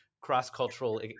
cross-cultural